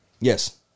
Yes